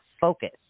focus